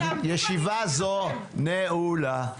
ישיבה זו נעולה.